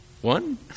One